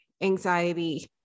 anxiety